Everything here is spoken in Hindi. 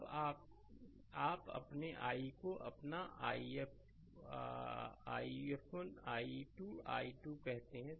अब आप अपने i को अपना iF1 और i2 i1 i2 कहते हैं